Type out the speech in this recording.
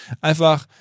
einfach